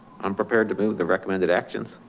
i'm prepared to be with the recommended actions.